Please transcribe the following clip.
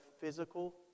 physical